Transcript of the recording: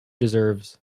deserves